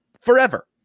forever